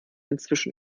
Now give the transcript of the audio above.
inzwischen